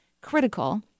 critical